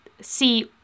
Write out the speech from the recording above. see